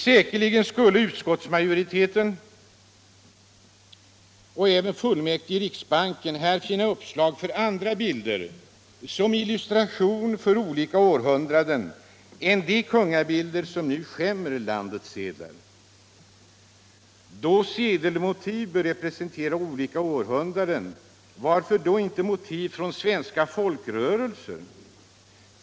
Säkerligen skulle utskottsmajoriteten och även fullmäktige i riksbanken här finna uppslag för andra bilder som illustration för olika århundraden än de kungabilder som skämmer landets sedlar. Då sedelmotiv bör representera olika århundraden, varför då inte ta motiv från svenska folkrörelser?